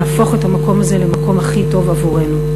להפוך את המקום הזה למקום הכי טוב עבורנו,